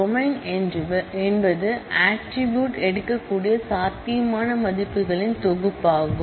domain என்பது attribute எடுக்கக்கூடிய சாத்தியமான மதிப்புகளின் தொகுப்பாகும்